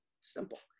simple